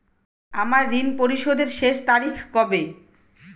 আমার ঋণ পরিশোধের শেষ তারিখ কবে?